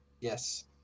Yes